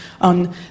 on